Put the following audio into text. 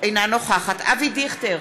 אינה נוכחת אבי דיכטר,